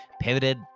pivoted